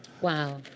Wow